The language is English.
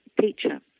teacher